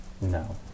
No